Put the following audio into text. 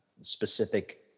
specific